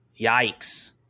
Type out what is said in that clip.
yikes